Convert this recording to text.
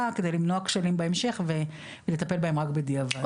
כדי למנוע כשלים בהמשך ולטפל בהם רק בדיעבד.